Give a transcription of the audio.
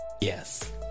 Yes